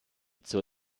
zur